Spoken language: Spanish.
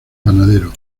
panadero